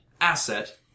asset